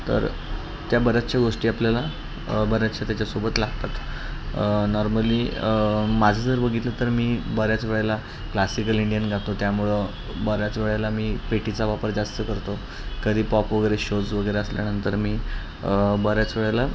तर त्या बऱ्याचशा गोष्टी आपल्याला बऱ्याचशा त्याच्यासोबत लागतात नॉर्मली माझं जर बघितलं तर मी बऱ्याच वेळेला क्लासिकल इंडियन गातो त्यामुळं बऱ्याच वेळेला मी पेटीचा वापर जास्त करतो कधी पॉप वगैरे शोज वगैरे असल्यानंतर मी बऱ्याच वेळेला